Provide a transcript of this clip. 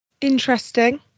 Interesting